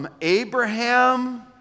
Abraham